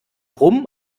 rum